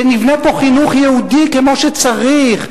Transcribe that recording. שנבנה פה חינוך יהודי כמו שצריך,